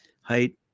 height